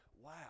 wow